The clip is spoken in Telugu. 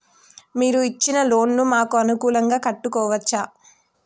మీరు ఇచ్చిన లోన్ ను మాకు అనుకూలంగా కట్టుకోవచ్చా?